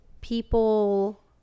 people